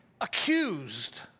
accused